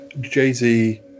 Jay-Z